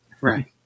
Right